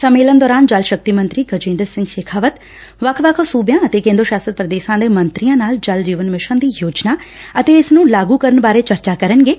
ਸੰਮੇਲਨ ਦੌਰਾਨ ਜਲ ਸ਼ਕਤੀ ਮੰਤਰੀ ਗਜੇਦਰ ਸੰਿਘ ਸ਼ੇਖਾਵਤ ਵੱਖ ਵੱਖ ਸੁਬਿਆਂ ਅਤੇ ਕੇਦਰ ਸ਼ਾਸਤ ਪੁਦੇਸ਼ਾਂ ਦੇ ਮੰਤਰੀਆਂ ਨਾਲ ਜਲ ਜੀਵਨ ਮਿਸ਼ਨ ਦੀ ਯੋਜਨਾ ਅਤੇ ਇਸ ਨੂੰ ਲਾਗੁ ਕਰਨ ਬਾਰੇ ਚਰਚਾ ਕਰਨਗੇ